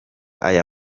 aya